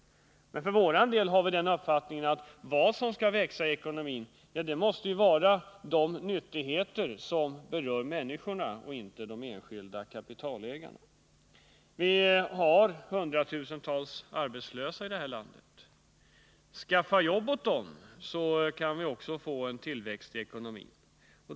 Vi har den uppfattningen att det som skall växa i ekonomin är de nyttigheter som berör människorna och inte de enskilda kapitalägarna. Vi har hundratusentals arbetslösa här i landet. Skaffa jobb åt dem, så kan vi också få till stånd tillväxt i ekonomin!